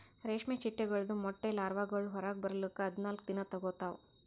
ರೇಷ್ಮೆ ಚಿಟ್ಟೆಗೊಳ್ದು ಮೊಟ್ಟೆ ಲಾರ್ವಾಗೊಳ್ ಹೊರಗ್ ಬರ್ಲುಕ್ ಹದಿನಾಲ್ಕು ದಿನ ತೋಗೋತಾವ್